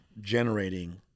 generating